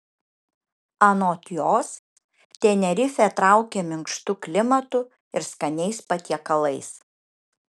anot jos tenerifė traukia minkštu klimatu ir skaniais patiekalais